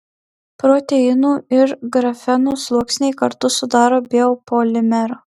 proteinų ir grafeno sluoksniai kartu sudaro biopolimerą